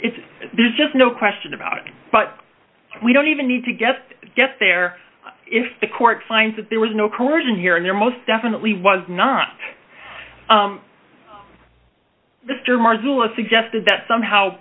there's just no question about it but we don't even need to get get there if the court finds that there was no coercion here and there most definitely was not mr marsalis suggested that somehow